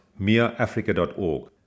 miaafrica.org